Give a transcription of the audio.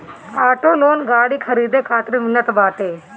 auto loan गाड़ी खरीदे खातिर मिलत बाटे